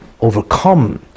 overcome